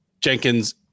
Jenkins